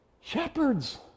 shepherds